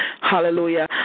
Hallelujah